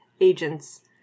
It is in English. agents